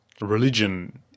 religion